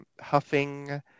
huffing